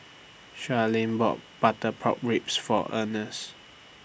Sharlene bought Butter Pork Ribs For Earnest